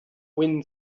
wind